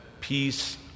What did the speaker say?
peace